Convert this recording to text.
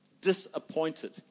disappointed